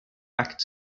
back